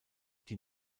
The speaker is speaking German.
die